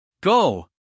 Go